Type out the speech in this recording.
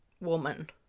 woman